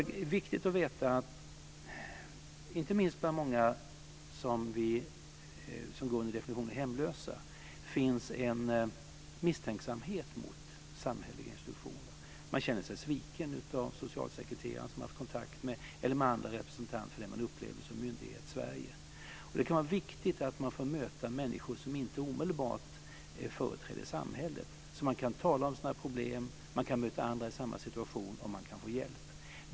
Det är viktigt att veta att det inte minst bland många som går under definitionen hemlösa finns en misstänksamhet mot samhälleliga institutioner. De känner sig svikna av socialsekreteraren som de har varit i kontakt med eller av andra representanter för det de upplever som Myndighetssverige. Det kan vara viktigt att de får möta människor som inte omedelbart företräder samhället. De kan tala om sina problem, möta andra i samma situation och få hjälp.